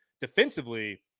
defensively